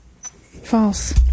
False